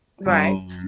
right